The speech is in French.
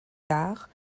tard